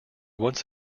once